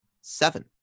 seven